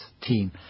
team